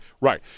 Right